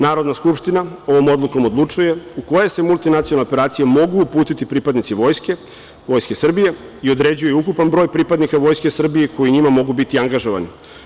Narodna skupština ovom odlukom odlučuje u koje se multinacionalne operacije mogu uputiti pripadnici Vojske Srbije i određuju ukupan broj pripadnika Vojske Srbije koji u njima mogu biti angažovani.